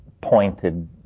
pointed